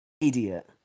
idiot